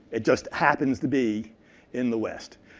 it just happens to be in the west.